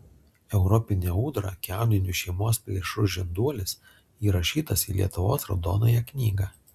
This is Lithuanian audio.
europinė ūdra kiauninių šeimos plėšrus žinduolis įrašytas į lietuvos raudonąją knygą